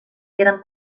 eren